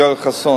לשנות.